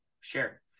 Sure